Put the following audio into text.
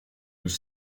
nous